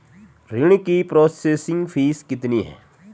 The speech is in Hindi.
ऋण की प्रोसेसिंग फीस कितनी है?